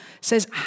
says